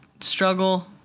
struggle